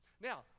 Now